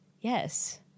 yes